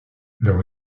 leur